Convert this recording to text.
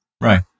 Right